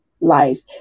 life